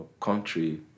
country